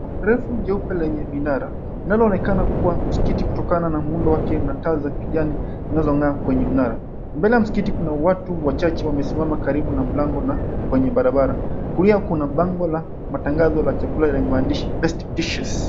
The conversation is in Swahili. Jengo refu lenye minara linaloonekana kuwa msikiti kutokana na muundo wake na taa za kijani zinazong'aa kwenye mnara. Mbele ya msikiti kuna watu wachache wamesimama karibu na mlango na kwenye barabara. Kulia kuna bango la matangazo ya chakula yenye maandishi Best Dishes.